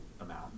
amount